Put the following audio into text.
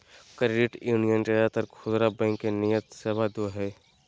credit union ज्यादातर खुदरा bank नियर सेवा दो हइ